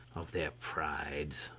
of their prides,